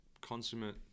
consummate